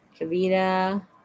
Kavita